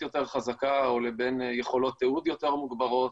יותר חזקה או לבין יכולות תיעוד יותר מוגברות.